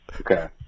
Okay